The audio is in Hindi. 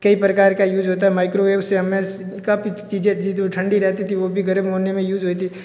कई प्रकार का यूज होता है माइक्रोवेव से हमें काफ़ी चीज़ें जो ठंडी रहती थीं वो भी गर्म होने में यूज हुई थी